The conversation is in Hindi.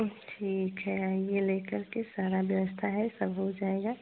ठीक है आइए लेकर के सारी व्यवस्था है सब हो जाएगा